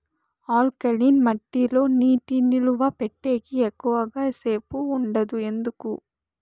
alkaline మట్టి లో నీటి నిలువ పెట్టేకి ఎక్కువగా సేపు ఉండదు ఎందుకు